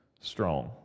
strong